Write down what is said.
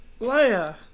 leia